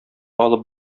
алып